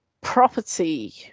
property